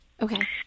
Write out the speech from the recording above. okay